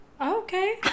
Okay